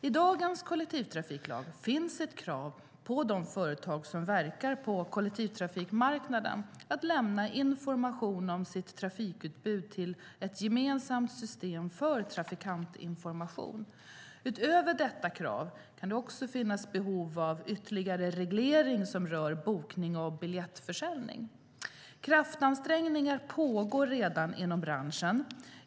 I dagens kollektivtrafiklag finns ett krav på de företag som verkar på kollektivtrafikmarknaden att lämna information om sitt trafikutbud till ett gemensamt system för trafikantinformation. Utöver detta krav kan det också finnas behov av ytterligare reglering som rör bokning och biljettförsäljning. Kraftansträngningar pågår redan inom branschen.